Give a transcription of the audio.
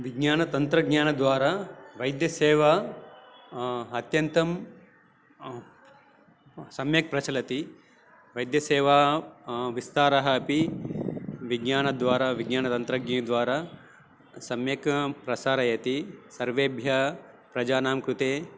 विज्ञानतन्त्रज्ञानद्वारा वैद्यसेवा अत्यन्तं सम्यक् प्रचलति वैद्यसेवा विस्तारः अपि विज्ञानद्वारा विज्ञानतन्त्रज्ञद्वारा सम्यक् प्रसारयति सर्वेभ्यः प्रजानां कृते